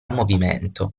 movimento